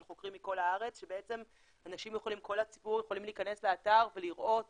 חוקרים מכל הארץ שבעצם כל הציבור יכול להכנס לאתר ולראות